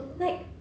ugh